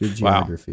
Wow